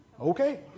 Okay